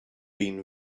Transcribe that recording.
been